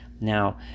Now